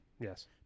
yes